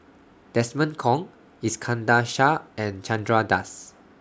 Desmond Kon Iskandar Shah and Chandra Das